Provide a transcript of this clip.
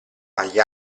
agli